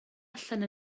allan